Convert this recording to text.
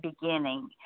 beginning